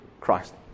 Christ